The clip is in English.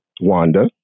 wanda